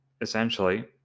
essentially